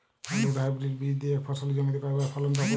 আলুর হাইব্রিড বীজ দিয়ে এক ফসলী জমিতে কয়বার ফলন পাব?